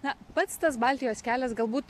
na pats tas baltijos kelias galbūt